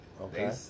Okay